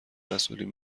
مسئولین